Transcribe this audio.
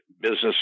Business